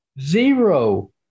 Zero